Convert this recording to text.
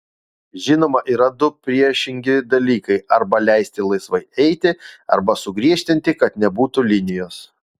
žinoma yra du priešingi dalykai arba leisti laisvai eiti arba sugriežtinti kad nebūtų linijos